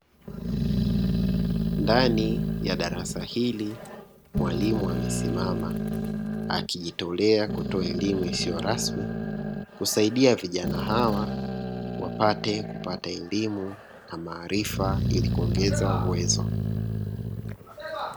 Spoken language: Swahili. Ndani ya darasa hili mwalimu amesimama akijitolea kutoa elimu isiyo rasmi, kusaidia vijana hawa wapate kupata elimu na maarifa ili kuongeza uwezo.